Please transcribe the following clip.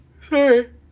Sorry